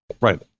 Right